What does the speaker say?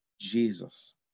Jesus